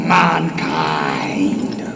mankind